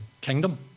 kingdom